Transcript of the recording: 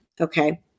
Okay